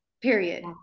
period